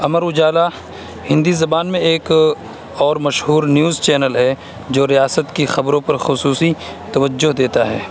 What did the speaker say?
امر اجالا ہندی زبان میں ایک اور مشہور نیوز چینل ہے جو ریاست کی خبروں پر خصوصی توجہ دیتا ہے